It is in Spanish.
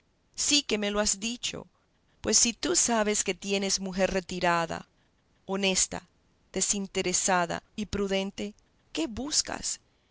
sí que me lo has dicho pues si tú sabes que tienes mujer retirada honesta desinteresada y prudente qué buscas